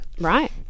Right